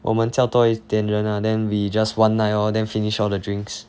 我们叫多一点人 ah then we just one night lor then finish all the drinks